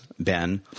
Ben